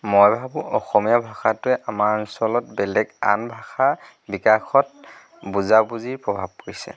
মই ভাবোঁ অসমীয়া ভাষাটোৱে আমাৰ অঞ্চলত বেলেগ আন ভাষা বিকাশত বুজাবুজিৰ প্ৰভাৱ পৰিছে